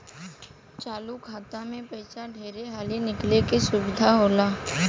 चालु खाता मे पइसा ढेर हाली निकाले के सुविधा होला